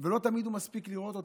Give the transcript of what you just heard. לא תמיד הוא מספיק לראות אותם,